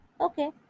okay